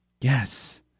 Yes